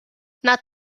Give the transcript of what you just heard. nad